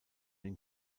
den